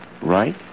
Right